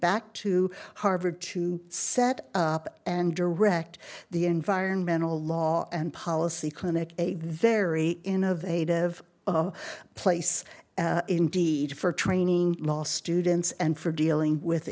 back to harvey to set up and direct the environmental law and policy clinic a very innovative place indeed for training law students and for dealing with